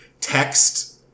text